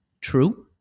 True